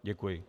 Děkuji.